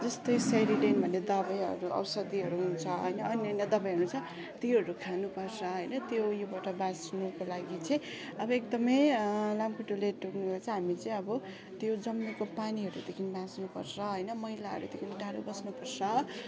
जस्तै सेरिडेन भन्ने दवाईहरू औषधीहरू हुन्छ होइन अन्य अन्य दबाईहरू छ त्योहरू खानुपर्छ होइन त्यो उयोबाट बाँच्नुको लागि चाहिँ अब एकदमै लामखुट्टेले टोकेको चाहिँ हामी चाहिँ अब त्यो जमेको पानीहरूदेखि बाँच्नु पर्छ होइन मैलाहरूदेखि टाढो बस्नु पर्छ